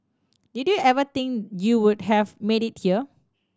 did you ever think you would have made it here